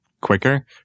quicker